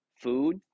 food